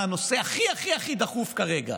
מה הנושא הכי הכי הכי דחוף כרגע?